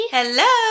Hello